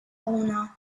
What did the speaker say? owner